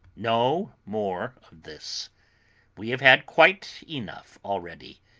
no more of this we have had quite enough already.